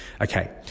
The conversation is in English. Okay